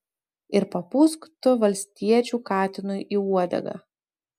ir papūsk tu valstiečių katinui į uodegą